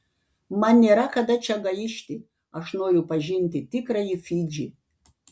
man nėra kada čia gaišti aš noriu pažinti tikrąjį fidžį